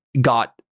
got